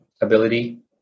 ability